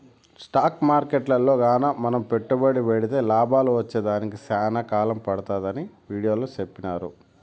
stock మార్కెట్టులో గాన మనం పెట్టుబడి పెడితే లాభాలు వచ్చేదానికి సేనా కాలం పడతాదని వీడియోలో సెప్పినారు